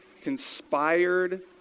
conspired